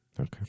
Okay